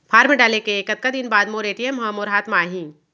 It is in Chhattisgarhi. फॉर्म डाले के कतका दिन बाद मोर ए.टी.एम ह मोर हाथ म आही?